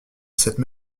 cette